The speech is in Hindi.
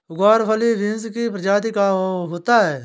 ग्वारफली बींस की प्रजाति का होता है